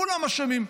כולם אשמים.